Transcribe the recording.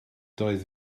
doedd